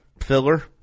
filler